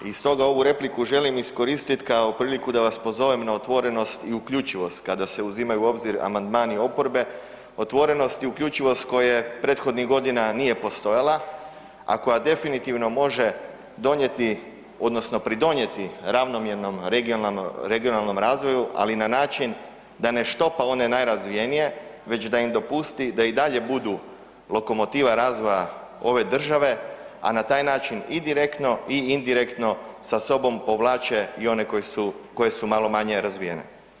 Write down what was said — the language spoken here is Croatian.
I stoga ovu repliku želim iskoristiti kao priliku da vas pozovem na otvorenost i uključivost kada se uzimaju u obzir amandmani oporbe, otvorenost i uključivost koje prethodnih godina nije postojala, a koja definitivno može donijeti odnosno pridonijeti ravnomjernom regionalnom razvoju, ali na način da ne štopa one najrazvijenije već da im dopusti da i dalje budu lokomotiva razvoja ove države, a na taj način i direktno i indirektno sa sobom povlače i one koji su malo manje razvijene.